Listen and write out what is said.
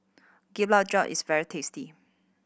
Gulab Jamun is very tasty